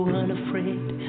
unafraid